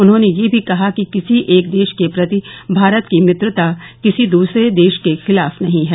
उन्होंने यह भी कहा कि किसी एक देश के प्रति भारत की मित्रता किसी दूसरे देश के खिलाफ नहीं है